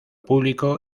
público